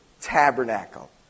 tabernacle